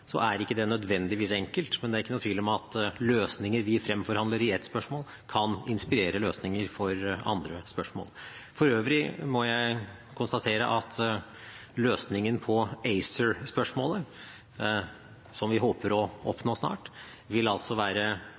er det ikke nødvendigvis enkelt, men det er ikke noen tvil om at løsninger vi fremforhandler i ett spørsmål, kan inspirere løsninger for andre spørsmål. For øvrig må jeg konstatere at løsningen på ACER-spørsmålet, som vi håper å oppnå snart, ikke vil være